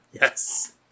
Yes